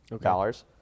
dollars